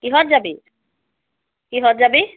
কিহত যাবি কিহত যাবি